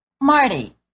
Marty